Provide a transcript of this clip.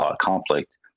conflict